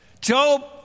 Job